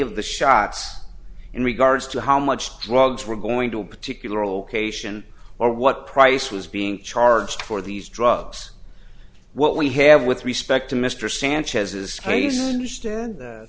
the shots in regards to how much drugs were going to a particular location or what price was being charged for these drugs what we have with respect to mr sanchez is